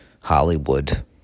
Hollywood